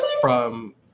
from-